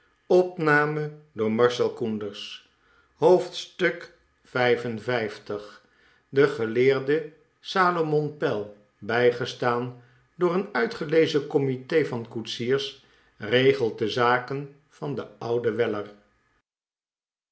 de geleerde salomon pell bljgestaan door een uitgelezen comite van koetsiers regelt de zaken van den ouden weller